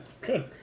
Good